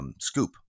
Scoop